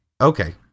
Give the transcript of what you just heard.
Okay